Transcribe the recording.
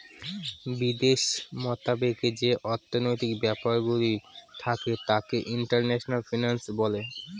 বিদেশ মতাবেকে যে অর্থনৈতিক ব্যাপারগুলো থাকে তাকে ইন্টারন্যাশনাল ফিন্যান্স বলে